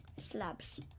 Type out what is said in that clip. slabs